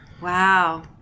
Wow